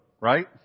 right